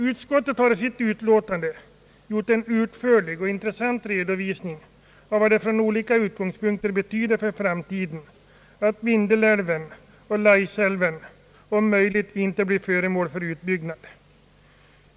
Utskottet har i sitt utlåtande gjort en utförlig och intressant redovisning av vad det från olika utgångspunkter betyder för framtiden att Vindelälven och Laisälven inte blir föremål för utbyggnad.